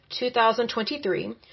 2023